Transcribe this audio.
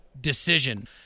decision